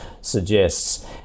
suggests